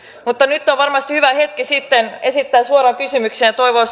mutta nyt on varmasti hyvä hetki sitten esittää suora kysymys ja toivoa